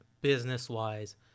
business-wise